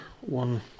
one